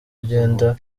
ugenda